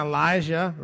Elijah